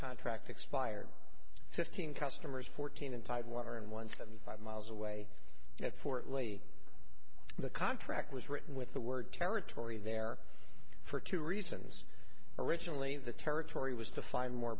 contract expired fifteen customers fourteen in tidewater and one seventy five miles away at fort lee the contract was written with the word territory there for two reasons originally the territory was to find more